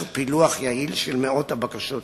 פילוח יעיל של מאות הבקשות שהוגשו.